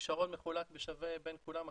הכישרון מחולק שווה בין כולם,